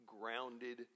grounded